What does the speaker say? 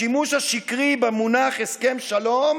השימוש השקרי במונח "הסכם שלום"